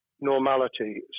normality